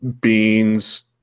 Beans